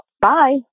Bye